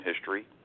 history